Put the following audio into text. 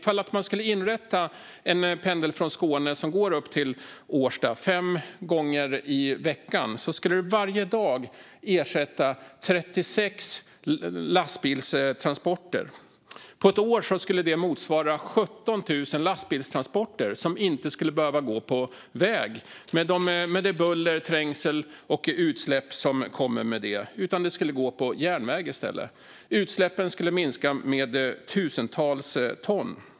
Om man skulle inrätta en pendel från Skåne som går upp till Årsta fem gånger i veckan skulle det varje dag ersätta 36 lastbilstransporter. På ett år motsvarar det 17 000 lastbilstransporter som inte skulle behöva gå på väg med det buller, den trängsel och de utsläpp som det innebär. Godset skulle i stället gå på järnväg. Utsläppen skulle minska med tusentals ton.